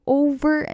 over